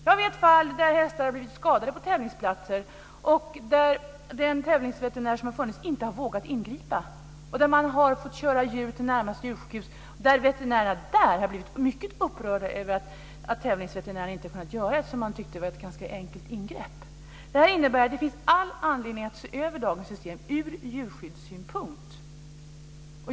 Jag vet fall där hästar har blivit skadade på tävlingsplatser, och där den tävlingsveterinär som har funnits inte har vågat ingripa. Man har då fått köra djur till närmaste djursjukhus, och veterinärerna där har blivit mycket upprörda över att tävlingsveterinärerna inte har kunnat göra ingreppet eftersom de har tyckt att det var ett ganska enkelt sådant. Detta innebär att det finns all anledning att se över dagens system ur djurskyddssynpunkt.